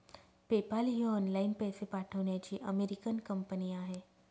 PayPal ही online पैसे पाठवण्याची अमेरिकन कंपनी आहे